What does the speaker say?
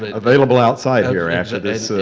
ah available outside here after this.